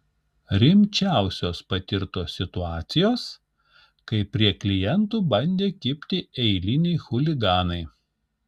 rimčiausios patirtos situacijos kai prie klientų bandė kibti eiliniai chuliganai